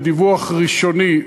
בדיווח ראשוני,